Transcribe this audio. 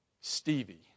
Stevie